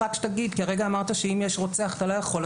כרגע אמרת שאם יש רוצח, אתה לא יכול.